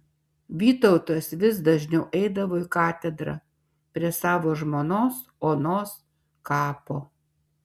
vytautas vis dažniau eidavo į katedrą prie savo žmonos onos kapo